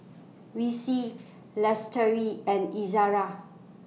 Rizqi Lestari and Izara